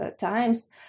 times